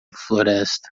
floresta